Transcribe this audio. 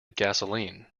gasoline